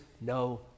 no